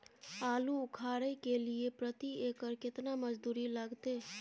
आलू उखारय के लिये प्रति एकर केतना मजदूरी लागते?